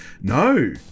No